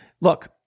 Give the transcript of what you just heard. Look